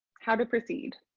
how to proceed.